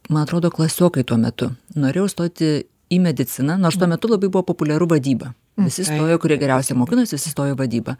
man atrodo klasiokai tuo metu norėjau stoti į mediciną nors tuo metu labai buvo populiaru vadyba visi stojo kurie geriausiai mokinosi sustojo į vadybą